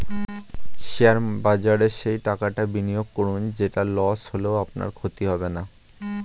share বাজারে সেই টাকাটা বিনিয়োগ করুন যেটা লস হলেও আপনার ক্ষতি হবে না